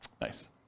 Nice